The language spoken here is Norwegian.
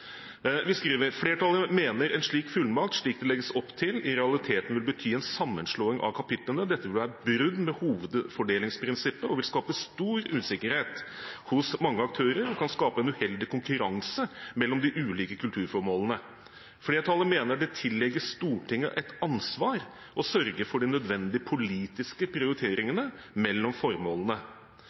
Vi skriver: «Flertallet mener en slik fullmakt, slik det legges opp til, i realiteten vil kunne bety en sammenslåing av kapitlene. Dette vil være et brudd med hovedfordelingsprinsippet og vil skape stor usikkerhet hos mange aktører, og kan skape uheldig konkurranse mellom de ulike kulturformålene. Flertallet mener det tilligger Stortinget et ansvar for å sørge for de nødvendige politiske prioriteringer mellom formålene.